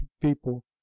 people